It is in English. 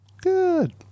Good